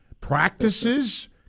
practices